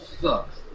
sucks